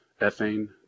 ethane